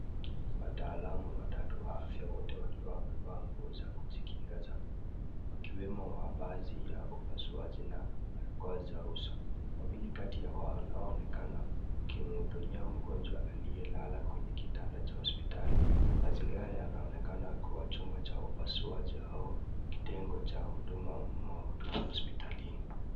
Watalaamu watatu wa afya wote wakiwa wamevaa nguo za kujikinga za bluu wakiwemo mavazi za upasuaji na barakoa za uso. Wawili kati hao wanaonekana wakimhudumia mgonjwa aliyelala kwenye kitanda cha hospitali. Mazingira yanaonekana kuwa chumba cha upasuaji au kitengo cha huduma maalim hospitalini.